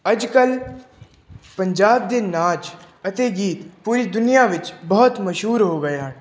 ਅੱਜ ਕੱਲ੍ਹ ਪੰਜਾਬ ਦੇ ਨਾਚ ਅਤੇ ਗੀਤ ਪੂਰੀ ਦੁਨੀਆ ਵਿੱਚ ਬਹੁਤ ਮਸ਼ਹੂਰ ਹੋ ਗਏ ਹਨ